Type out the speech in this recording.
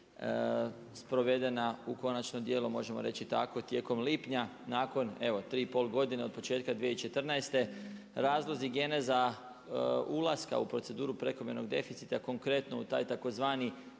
sprovedena u konačnom dijelu, možemo reći i tako, tijekom lipnja, nakon evo tri i pol godine od početka 2014. Razlozi, geneza ulaska u proceduru prekomjernog deficita konkretno u taj tzv.